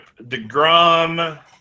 DeGrom